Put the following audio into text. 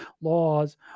laws